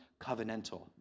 covenantal